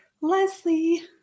Leslie